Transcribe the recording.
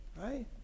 right